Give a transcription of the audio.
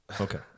Okay